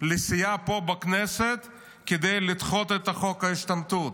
לסיעה פה בכנסת כדי לדחות את חוק ההשתמטות.